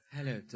Hello